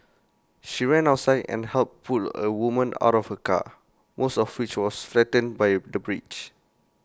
she ran outside and helped pull A woman out of her car most of which was flattened by the bridge